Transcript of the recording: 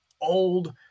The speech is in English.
old